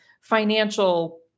financial